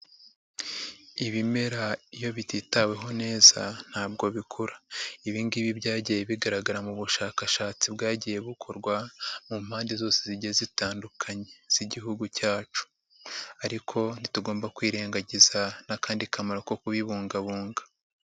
Ibimera iyo bititaweho neza ntabwo bikura. Ibingibi byagiye bigaragara mu bushakashatsi bwagiye bukorwa, mu mpande zose zigiye zitandukanye z'igihugu cyacu. Ariko ntitugomba kwirengagiza n'akandi kamaro ko kubibungabunga.